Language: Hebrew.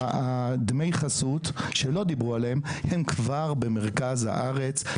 ודמי החסות, שלא דיברו עליהם, הם כבר במרכז הארץ.